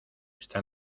esta